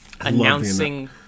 announcing